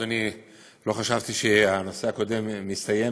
אדוני: לא חשבתי שהנושא הקודם מסתיים